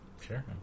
Sure